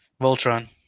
Voltron